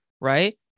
right